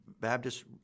Baptist